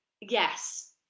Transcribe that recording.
yes